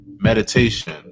meditation